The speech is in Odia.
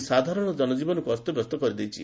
ଅସ ସାଧାରଣ ଜୀବନକୁ ଅସ୍ତବ୍ୟସ୍ତ କରିଦେଇଛି